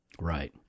right